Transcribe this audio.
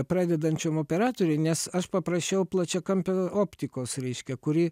pradedančiam operatoriui nes aš paprašiau plačiakampio optikos reiškia kuri